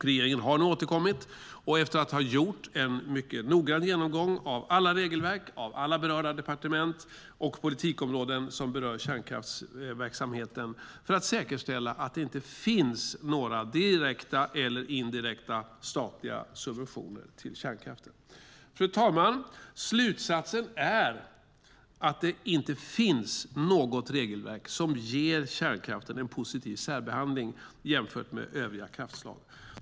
Regeringen har återkommit, efter att ha gjort en mycket noggrann genomgång av alla regelverk, av alla berörda departement och av alla politikområden som berör kärnkraftsverksamheten för att säkerställa att det inte finns några direkta eller indirekta statliga subventioner till kärnkraften. Fru talman! Slutsatsen är att det inte finns något regelverk som ger kärnkraften en positiv särbehandling jämfört med övriga kraftslag.